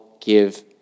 give